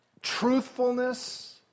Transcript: truthfulness